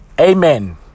amen